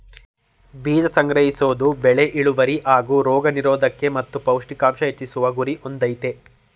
ಬೀಜ ಸಂಗ್ರಹಿಸೋದು ಬೆಳೆ ಇಳ್ವರಿ ಹಾಗೂ ರೋಗ ನಿರೋದ್ಕತೆ ಮತ್ತು ಪೌಷ್ಟಿಕಾಂಶ ಹೆಚ್ಚಿಸುವ ಗುರಿ ಹೊಂದಯ್ತೆ